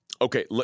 Okay